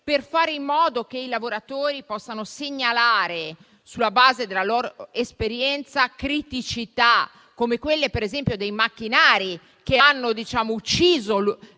per fare in modo che i lavoratori possano segnalare, sulla base della loro esperienza, criticità come quelle, per esempio, relative ai macchinari che hanno ucciso